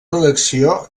redacció